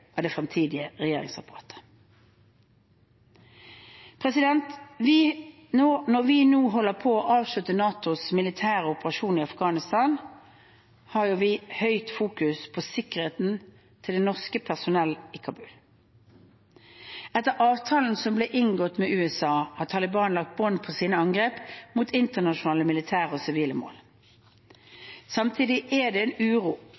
av det fremtidige regjeringsapparatet. Når vi nå holder på å avslutte NATOs militære operasjon i Afghanistan, fokuserer vi i høy grad på sikkerheten til det norske personellet i Kabul. Etter avtalen som ble inngått med USA, har Taliban lagt bånd på sine angrep mot internasjonale militære og sivile mål. Samtidig er det en uro